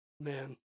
Man